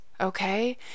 Okay